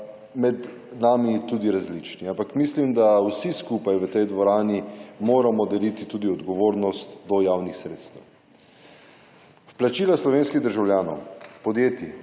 med nami tudi različni. Ampak mislim, da vsi skupaj v tej dvorani moramo deliti tudi odgovornost do javnih sredstev. Vplačila slovenskih državljanom, podjetij